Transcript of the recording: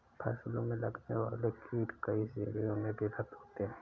फसलों में लगने वाले कीट कई श्रेणियों में विभक्त होते हैं